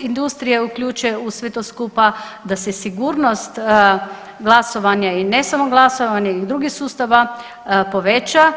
industrije uključe u sve to skupa da se sigurnost glasovanja i ne samo glasovanja i drugih sustava poveća.